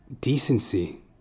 decency